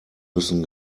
müssen